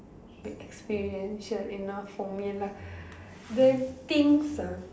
big experience sure enough for me lah then things ah